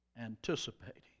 anticipating